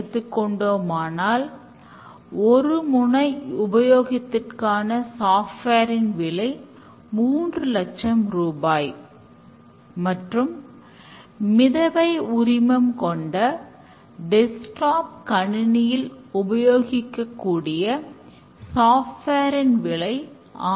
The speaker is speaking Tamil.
திட்டமிடுதலும் ஒரு முக்கியமான செயல்முறை coding செய்த பிறகு திட்டமிடுதலை அதனுள் கொண்டு வருவது ரீபேக்டரிங் எனப்படுகிறது